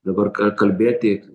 dabar ką kalbėti